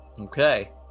Okay